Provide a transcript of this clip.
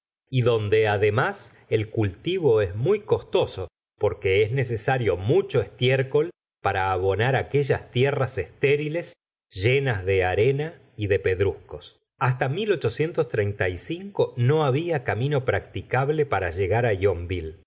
y donde ademas el cultivo es muy costoso porque es necesario mucho estiercol para abonar aquellas tierras esteriles llenas de arena y de pedruscos hasta no había camino practicable para llegar á